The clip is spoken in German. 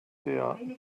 der